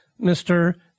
Mr